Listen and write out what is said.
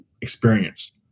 experience